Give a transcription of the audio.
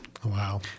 Wow